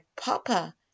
papa